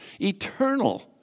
eternal